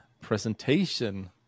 presentation